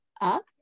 up